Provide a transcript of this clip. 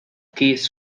keys